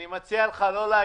אני מציע לך לא להגיד,